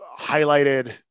highlighted